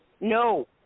no